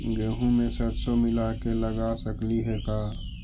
गेहूं मे सरसों मिला के लगा सकली हे का?